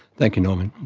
thank you norman.